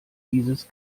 dieses